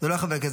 לא חברי הכנסת.